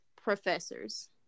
professors